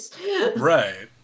Right